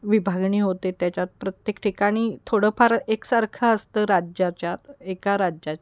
विभागणी होते त्याच्यात प्रत्येक ठिकाणी थोडंफार एकसारखं असतं राज्याच्यात एका राज्याच्या